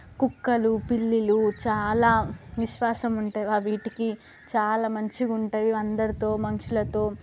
కుక్కలు పిల్లులు చాలా విశ్వాసం ఉంటాయి వాటికి చాలా మంచిగా ఉంటాయి అందరితో మనుషులతో